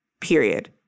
period